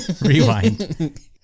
Rewind